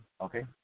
okay